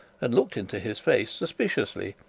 and looked into his face suspiciously.